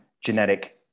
genetic